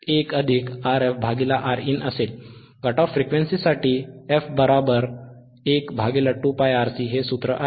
cut off frequency साठी f12πRC हे सूत्र आहे